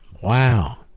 Wow